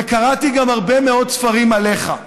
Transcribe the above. וקראתי גם הרבה מאוד ספרים עליך,